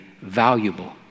valuable